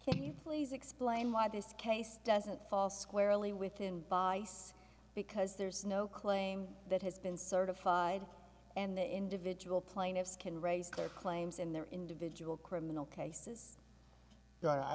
please explain why this case doesn't fall squarely within by us because there's no claim that has been certified and the individual plaintiffs can raise their claims in their individual criminal cases